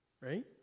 right